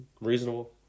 Reasonable